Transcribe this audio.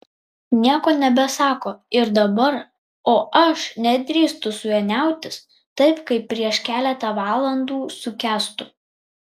nieko nebesako ir dabar o aš nedrįstu su juo niautis taip kaip prieš keletą valandų su kęstu